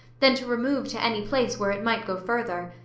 than to remove to any place where it might go further.